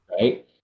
right